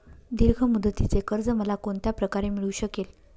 दीर्घ मुदतीचे कर्ज मला कोणत्या प्रकारे मिळू शकेल?